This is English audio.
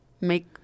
make